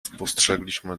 spostrzegliśmy